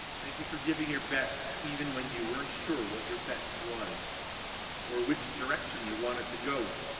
thank you for giving your best even when you weren't sure what your best was or which direction you wanted to go,